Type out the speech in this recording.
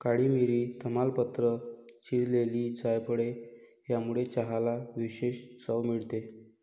काळी मिरी, तमालपत्र, चिरलेली जायफळ यामुळे चहाला विशेष चव मिळते